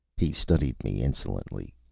he studied me insolently.